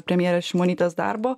premjerės šimonytės darbo